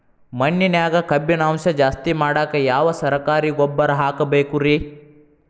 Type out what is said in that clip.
ಮಣ್ಣಿನ್ಯಾಗ ಕಬ್ಬಿಣಾಂಶ ಜಾಸ್ತಿ ಮಾಡಾಕ ಯಾವ ಸರಕಾರಿ ಗೊಬ್ಬರ ಹಾಕಬೇಕು ರಿ?